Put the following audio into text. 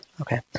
Okay